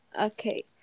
Okay